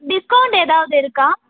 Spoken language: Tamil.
டிஸ்கௌண்ட் ஏதாவது இருக்கா